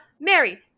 Mary